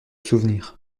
souvenirs